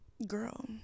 Girl